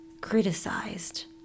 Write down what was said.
criticized